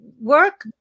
work